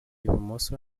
bumoso